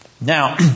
Now